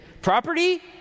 Property